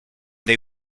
they